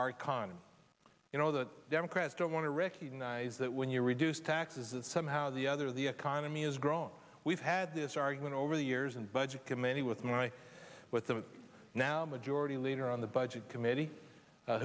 our economy you know that democrats don't want to recognize that when you reduce taxes as somehow the other the economy has grown we've had this argument over the years and budget committee with my with the now majority leader on the budget committee